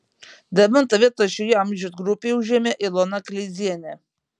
devintą vietą šioje amžiaus grupėje užėmė ilona kleizienė